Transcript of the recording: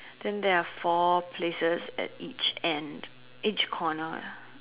then there are four places at each end each corner ya